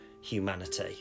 humanity